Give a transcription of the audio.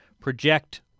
project